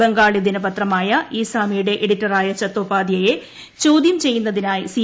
ബംഗാളി ദ്ദ്നപത്രമായ ഇ സാമിയുടെ എഡിറ്ററായ ചത്തോപാദ്ധ്യായയെ ചോദ്യം ചെയ്യുന്നതിനായി സി